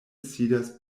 sidas